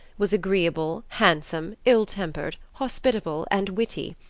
was agreeable, handsome, ill-tempered, hospitable and witty.